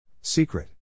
Secret